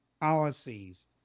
policies